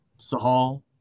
Sahal